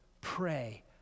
Pray